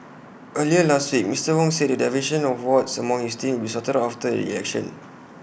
earlier last week Mister Wong said the division of wards among his team will sorted out after the election